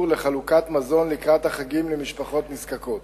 לחלוקת מזון לקראת החגים למשפחות נזקקות.